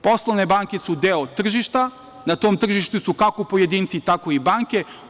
Poslovne banke su deo tržišta, na tom tržištu su kako pojedinci, tako i banke.